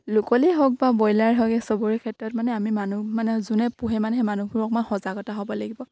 লোকেলেই হওক বা ব্ৰইলাৰ হওক এই চবৰে ক্ষেত্ৰত মানে আমি মানুহ মানে যোনে পোহে মানে সেই মানুহবোৰ অকমান সজাগতা হ'ব লাগিব